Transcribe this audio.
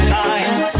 time